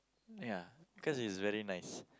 ya cause it's very nice